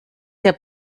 der